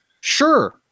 Sure